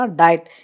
diet